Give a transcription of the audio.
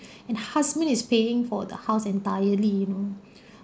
and husband is paying for the house entirely you know